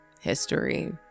history